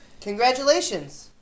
Congratulations